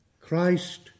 Christ